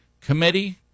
committee